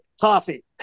coffee